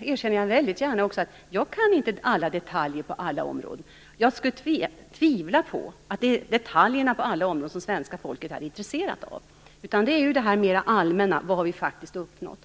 erkänner gärna att jag inte kan alla detaljer på alla områden. Jag tvivlar på att svenska folket är intresserat av detaljer på alla områden. Det är mer fråga om det allmänna, dvs. vad vi faktiskt har uppnått.